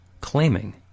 claiming